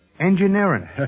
Engineering